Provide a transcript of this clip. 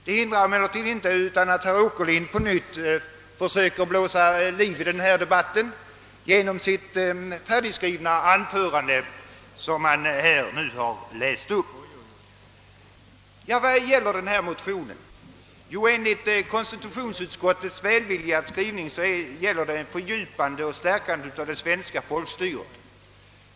Det hindrar emellertid inte herr Åkerlind att på nytt försöka blåsa liv i denna debatt genom sitt färdigskrivna anförande. Vad innehåller nu denna motion? Jo, enligt konstitutionsutskottets välvilliga skrivning gäller den ett fördjupande och stärkande av det svenska folkstyret.